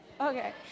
Okay